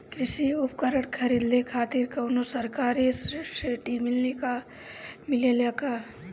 कृषी उपकरण खरीदे खातिर कउनो सरकारी सब्सीडी मिलेला की?